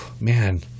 Man